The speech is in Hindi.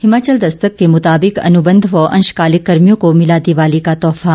हिमाचल दस्तक के मुताबिक अनुबंध व अंशकालिक कर्मियों को मिला दिवाली का तोहफा